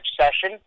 session